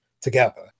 together